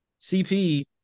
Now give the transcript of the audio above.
CP